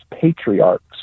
patriarchs